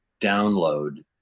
download